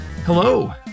Hello